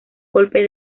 golpe